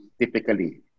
typically